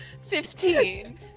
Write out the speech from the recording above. Fifteen